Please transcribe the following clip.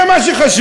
זה מה שחשוב.